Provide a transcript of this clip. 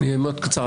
אני אהיה מאוד קצר.